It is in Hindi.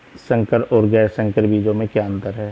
संकर और गैर संकर बीजों में क्या अंतर है?